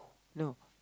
no